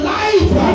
life